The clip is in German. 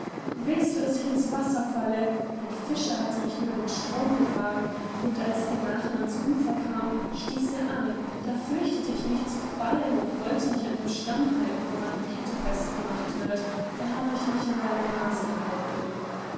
willst du daß ich ins wasser falle ein fischer hatte mich über den strom gefahren und als der nachen ans ufer kam stieß er an da fürchtete ich mich zu fallen und wollte mich an den stamm halten woran die kette festgemacht wird da hab ich mich an deine nase gehalten